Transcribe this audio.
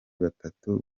batatu